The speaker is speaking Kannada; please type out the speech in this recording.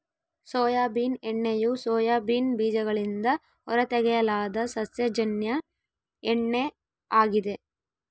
ಸೋಯಾಬೀನ್ ಎಣ್ಣೆಯು ಸೋಯಾಬೀನ್ ಬೀಜಗಳಿಂದ ಹೊರತೆಗೆಯಲಾದ ಸಸ್ಯಜನ್ಯ ಎಣ್ಣೆ ಆಗಿದೆ